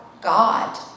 God